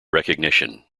recognition